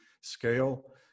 scale